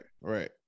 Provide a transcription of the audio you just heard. right